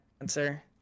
answer